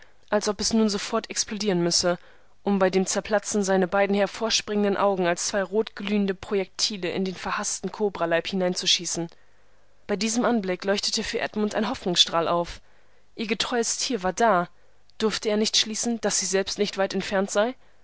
als ob es nun sofort explodieren müsse um bei dem zerplatzen seine beiden hervorspringenden augen als zwei rotglühende projektile in den verhaßten kobraleib hineinzuschießen bei diesem anblick leuchtete für edmund ein hoffnungsstrahl auf ihr getreues tier war da durfte er nicht schließen daß sie selbst nicht weit entfernt sei